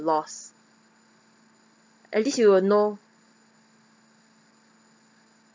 loss at least you will know